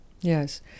Yes